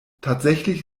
tatsächlich